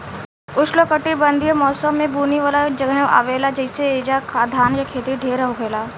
उष्णकटिबंधीय मौसम में बुनी वाला जगहे आवेला जइसे ऐजा धान के खेती ढेर होखेला